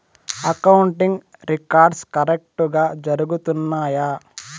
accounting records కరెక్టుగా జరుగుతున్నాయా